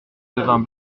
devint